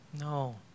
no